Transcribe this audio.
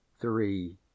three